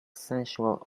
sensual